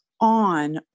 on